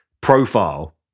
profile